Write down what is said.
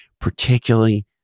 particularly